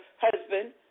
husband